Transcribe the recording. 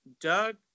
Doug